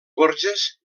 gorges